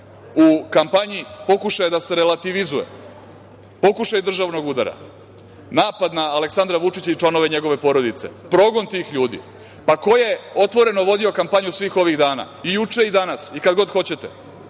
u kampanji pokušaja da se relativizuje, pokušaj državnog udara, napad na Aleksandra Vučića i članove njegove porodice, progon tih ljudi. Pa, ko je otvoreno vodio kampanju svih ovih dana i juče i danas, i kad god hoćete,